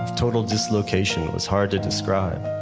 total dislocation, it was hard to describe.